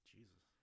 Jesus